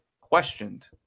questioned